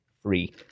Free